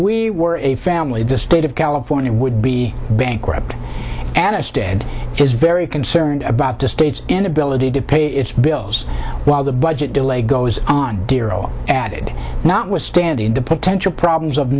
we were a family the state of california would be bankrupt and instead is very concerned about the state's inability to pay its bills while the budget delay goes on giro added not withstanding the potential problems of